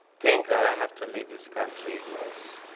think that i have to leave this country was,